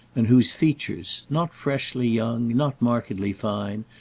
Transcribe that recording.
and whose features not freshly young, not markedly fine,